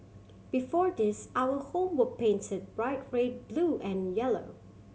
before this our home were painted bright red blue and yellow